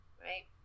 Right